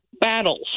battles